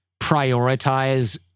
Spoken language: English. prioritize